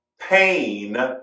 pain